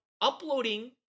uploading